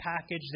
package